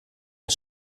een